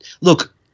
look